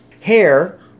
hair